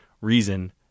reason